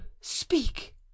speak